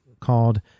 called